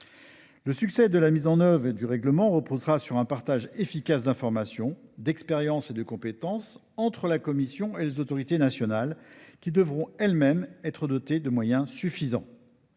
L’efficacité de la mise en œuvre du règlement européen reposera sur un partage efficace d’informations, d’expériences et de compétences entre la Commission et les autorités nationales, lesquelles devront elles mêmes être dotées de moyens suffisants.